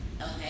Okay